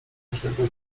każdego